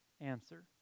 answer